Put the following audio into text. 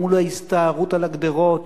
ומול ההסתערות על הגדרות